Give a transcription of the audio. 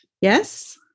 Yes